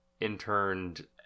interned